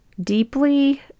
deeply